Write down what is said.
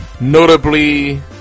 Notably